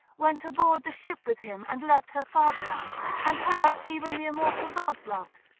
went aboard the ship with him and left her fatherland and her even the immortal gods loved,